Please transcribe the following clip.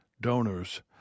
donors